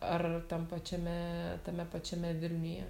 ar tam pačiame tame pačiame vilniuje